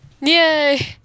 Yay